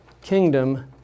kingdom